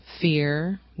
fear